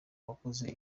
uwakoze